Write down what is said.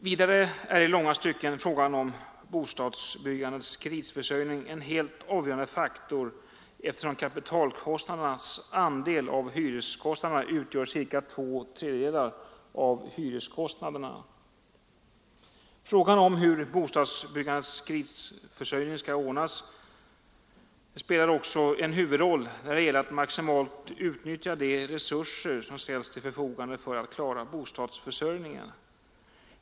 Vidare är i långa stycken frågan om bostadsbyggandets kreditförsörjning en helt avgörande faktor eftersom kapitalkostnadernas andel av hyreskostnaderna utgör cirka två tredjedelar av hyreskostnaderna. / Frågan om hur bostadsbyggandets kreditförsörjning ordnas spelar också en huvudroll när det gäller att maximalt utnyttja de resurser som ställs till förfogande för att klara bostadsförsörjningen.